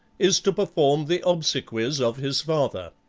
is to perform the obsequies of his father.